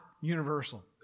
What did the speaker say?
universal